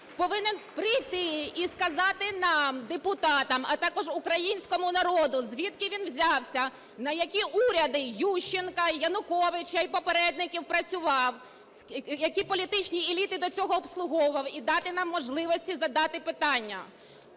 повинен прийти і сказати нам, депутатам, а також українському народу, звідки він взявся, на які уряди Ющенка, Януковича і попередників працював, які політичні еліти до цього обслуговував, і дати нам можливості задати питання.